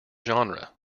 genre